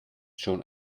schon